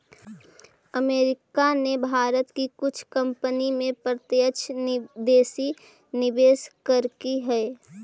America ने भारत की कुछ कंपनी में प्रत्यक्ष विदेशी निवेश करकई हे